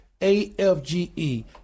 AFGE